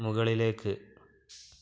മുകളിലേക്ക്